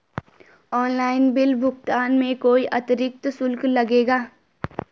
Online bill भुगतान में कोई अतिरिक्त शुल्क लगेगा?